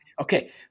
Okay